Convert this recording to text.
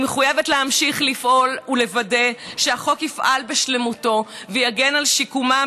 אני מחויבת להמשיך לפעול ולוודא שהחוק יפעל בשלמותו ויגן על שיקומם,